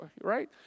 right